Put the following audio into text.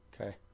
Okay